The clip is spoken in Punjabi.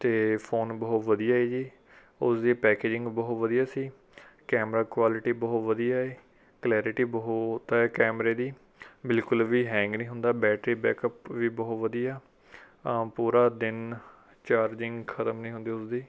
ਅਤੇ ਫੋਨ ਬਹੁਤ ਵਧੀਆ ਏ ਜੀ ਉਸ ਦੀ ਪੈਕੇਜਿੰਗ ਬਹੁਤ ਵਧੀਆ ਸੀ ਕੈਮਰਾ ਕੁਆਲਟੀ ਬਹੁਤ ਵਧੀਆ ਹੈ ਕਲੈਰੇਟੀ ਬਹੁਤ ਹੈ ਕੈਮਰੇ ਦੀ ਬਿਲਕੁਲ ਵੀ ਹੈਂਗ ਨਹੀਂ ਹੁੰਦਾ ਬੈਟਰੀ ਬੈਕਅੱਪ ਵੀ ਬਹੁਤ ਵਧੀਆ ਪੂਰਾ ਦਿਨ ਚਾਰਜਿੰਗ ਖਤਮ ਨਹੀਂ ਹੁੰਦੀ ਉਸ ਦੀ